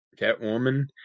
Catwoman